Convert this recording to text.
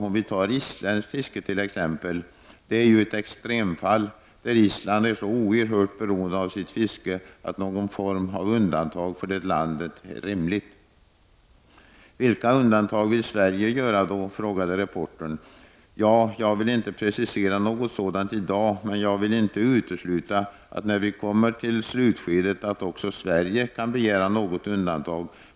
Om vi tar isländska fisket t.ex., det är ju ett extremfall, där Island är så oerhört beroende av sitt fiske att någon form av undantag för det landet är rimligt.” "Vilka undantag vill Sverige göra då?” , frågade reportern. ”Ja, jag vill inte precisera något sådant i dag, men jag vill inte utesluta att när vi kommer till slutskedet, att också Sverige kan begära något undantag.